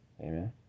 amen